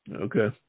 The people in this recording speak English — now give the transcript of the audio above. Okay